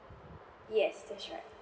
yes that's right